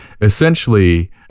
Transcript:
essentially